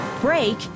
Break